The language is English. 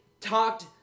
talked